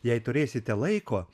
jei turėsite laiko